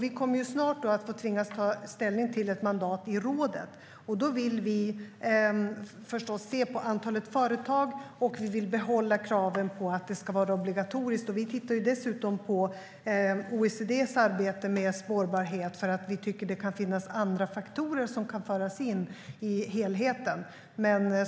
Vi kommer snart att tvingas ta ställning till ett mandat i rådet. Då vill vi förstås se på antalet företag, och vi vill behålla kravet på att spårbarhet ska vara obligatoriskt. Vi tittar dessutom på OECD:s arbete med spårbarhet, för vi tycker att det kan finnas andra faktorer som kan föras in i helheten.